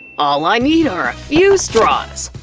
all i need are a few straws.